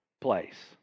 place